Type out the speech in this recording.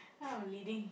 I'm leading